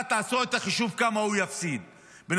תעשו את החישוב של כמה הם יפסידו בשנה.